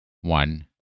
one